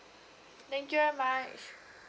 thank you very much